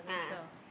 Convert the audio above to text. a'ah